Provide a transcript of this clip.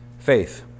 Faith